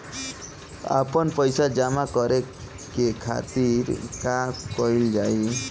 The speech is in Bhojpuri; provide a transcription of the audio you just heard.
आपन पइसा जमा करे के खातिर का कइल जाइ?